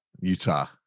Utah